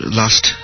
last